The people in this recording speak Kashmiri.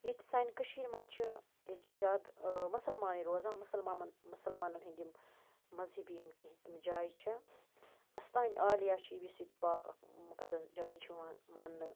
ییٚتھۍ سانہِ کٔشیٖرِ منٛز چھِ ییٚتہِ چھِ زیادٕ مُسلمانٕے روزان مُسلمامن مُسلمانَن ہِنٛدۍ یِم مذہبی یِم کیٚنہہ تِم جایہِ چھےٚ اَستانہِ عالِیا چھِ یُس ییٚتہِ پاکھ اَکھ مُقدَس جاے چھِ یِوان مانٛنہٕ